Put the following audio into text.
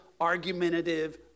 argumentative